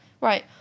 Right